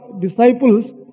disciples